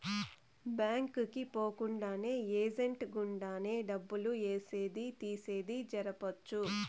bank కి పోకుండానే agent గుండానే డబ్బులు ఏసేది తీసేది జరపొచ్చు